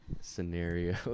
scenario